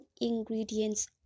ingredients